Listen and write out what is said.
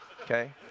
Okay